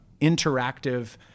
interactive